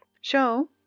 Show